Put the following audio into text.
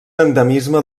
endemisme